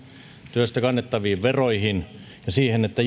työstä kannettaviin veroihin ja siihen että